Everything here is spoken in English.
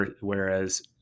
whereas